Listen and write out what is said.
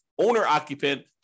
owner-occupant